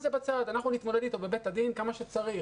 אנחנו נתמודד אתו בבית הדין כמה שצריך